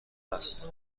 است